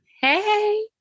hey